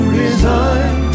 resign